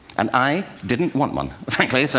and i didn't want one, frankly. so